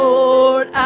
Lord